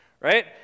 right